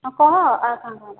ହଁ କହ ଆର କଣ କଣ ଦେବା